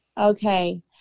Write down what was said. Okay